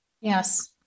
Yes